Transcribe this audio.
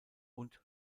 und